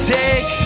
take